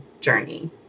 journey